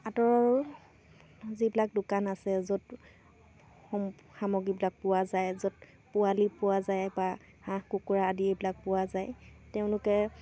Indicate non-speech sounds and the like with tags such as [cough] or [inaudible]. আঁতৰৰ যিবিলাক দোকান আছে য'ত [unintelligible] সামগ্ৰীবিলাক পোৱা যায় য'ত পোৱালি পোৱা যায় বা হাঁহ কুকুৰা আদি এইবিলাক পোৱা যায় তেওঁলোকে